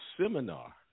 seminar